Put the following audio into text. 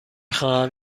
خواهم